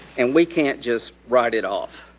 and we can't just write it off.